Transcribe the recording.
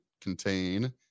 contain